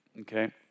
Okay